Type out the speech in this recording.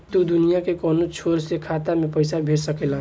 तू दुनिया के कौनो छोर से खाता में पईसा भेज सकेल